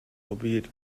albeit